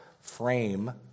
frame